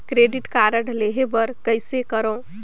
Credit card लेहे बर कइसे करव?